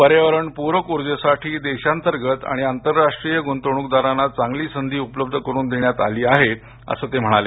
पर्यावरणपूरक उर्जेसाठी देशांतर्गत आणि आंतरराष्ट्रीय गूंतवणूकदारांना चांगली संधी उपलब्ध करून देण्यात आली आहे असं ते म्हणाले